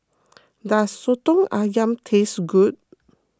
does Soto Ayam taste good